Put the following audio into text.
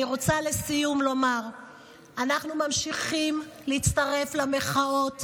לסיום אני רוצה לומר שאנחנו ממשיכים להצטרף למחאות,